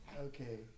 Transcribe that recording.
okay